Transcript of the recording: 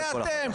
זה אתם.